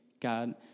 God